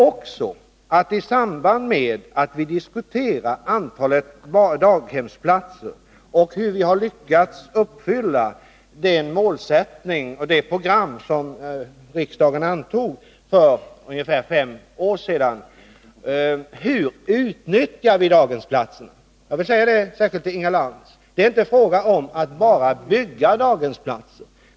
I samband med diskussionen om antalet daghemsplatser och om hur vi har lyckats uppfylla den målsättning och genomföra det program som riksdagen antog för ungefär fem år sedan vill jag fråga: Hur utnyttjar vi daghemsplatserna? Inga Lantz! Det är inte bara en fråga om att bygga daghemsplatser.